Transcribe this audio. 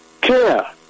Care